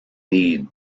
need